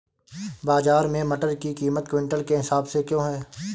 बाजार में मटर की कीमत क्विंटल के हिसाब से क्यो है?